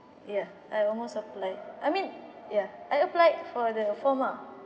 ya I almost applied I mean yeah I applied for the form ah